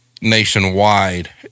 nationwide